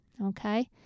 Okay